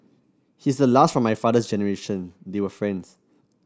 he's the last from my father's generation they were friends